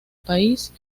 país